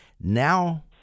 Now